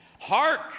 Hark